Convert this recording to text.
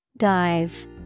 Dive